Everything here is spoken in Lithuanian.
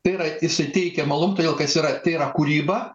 tai yra jisai teikia malum todėl kad jis yra tai yra kūryba